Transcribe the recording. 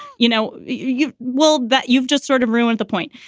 you know, you will. that you've just sort of ruined the point.